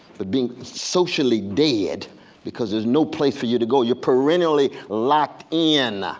but being socially dead because there's no place for you to go. you're perennially locked in.